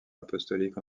apostolique